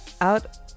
Out